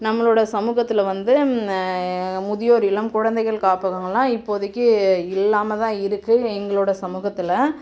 நம்மளோடய சமூகத்தில் வந்து முதியோர் இல்லம் குழந்தைகள் காப்பகங்களெலாம் இப்போதைக்கு இல்லாமல் தான் இருக்குது எங்களோடய சமூகத்தில்